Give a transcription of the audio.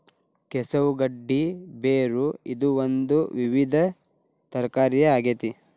ಕೆಸವು ಗಡ್ಡಿ ಬೇರು ಇದು ಒಂದು ವಿವಿಧ ತರಕಾರಿಯ ಆಗೇತಿ